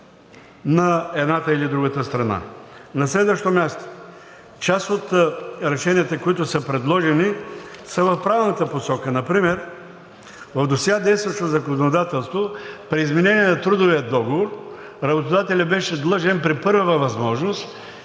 На следващо място, част от решенията, които са предложени, са в правилната посока. Например в досега действащото законодателство при изменение на трудовия договор работодателят беше длъжен при първа възможност